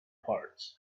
parts